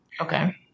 Okay